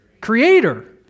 creator